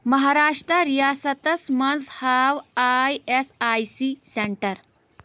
مہاراشٹا رِیاسَتَس منٛز ہاو I S I C centre